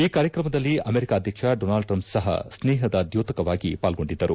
ಈ ಕಾರ್ಯಕ್ರಮದಲ್ಲಿ ಅಮೆರಿಕ ಅಧ್ಯಕ್ಷ ಡೊನಾಲ್ಡ್ ಟ್ರಂಪ್ ಸಪ ಸ್ನೇಪದ ದ್ನೋತಕವಾಗಿ ಪಾಲ್ಗೊಂಡಿದ್ದರು